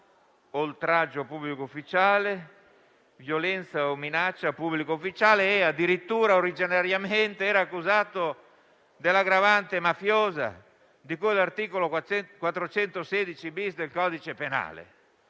oltraggio a pubblico ufficiale, violenza o minaccia a pubblico ufficiale e addirittura originariamente era accusato dell'aggravante mafiosa di cui all'articolo 416-*bis* del codice penale.